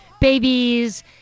babies